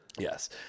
Yes